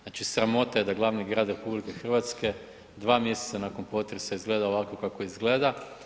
Znači, sramota je da glavni grad RH 2 mjeseca nakon potresa izgleda ovako kako izgleda.